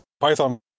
Python